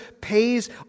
pays